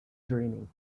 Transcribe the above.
dreaming